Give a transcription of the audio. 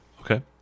Okay